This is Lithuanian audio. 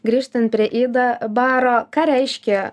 grįžtant prie ida baro ką reiškia